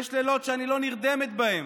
יש לילות שאני לא נרדמת בהם.